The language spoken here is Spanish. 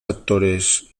actores